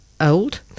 old